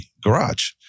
garage